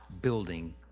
building